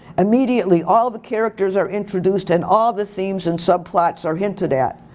immediately all of the characters are introduced and all the themes and subplots are hinted at.